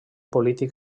polític